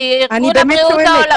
אני באמת שואלת.